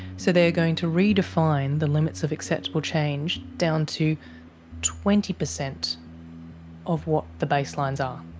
so they're going to redefine the limits of acceptable change down to twenty percent of what the baselines are.